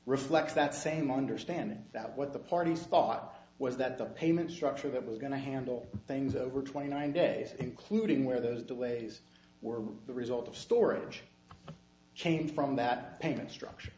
reflects that same understanding that what the parties thought was that the payment structure that was going to handle things over twenty nine days including where those delays were the result of storage came from that payment structure